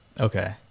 Okay